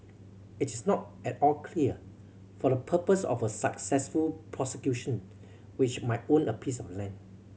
it is not at all clear for the purpose of a successful prosecution which might own a piece of land